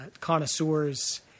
connoisseurs